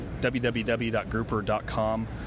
www.grouper.com